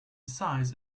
size